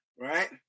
Right